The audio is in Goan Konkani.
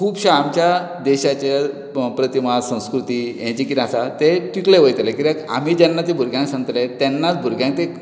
खुबश्या आमच्या देशाचें प्रतिमा संस्कृती हे जें कितें आसा तें टिकलें वयतलें कित्याक आमी जेन्ना तें भुरग्यांक सांगतले तेन्नाच भुरग्यांक ते